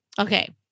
Okay